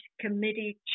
committee